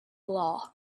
law